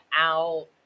out